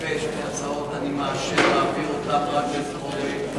בין שתי ההצעות, אני מאשר להעביר אותן רק בטרומית.